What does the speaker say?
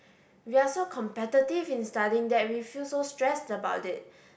we're so competitive in studying that we feel so stressed about it